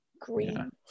Green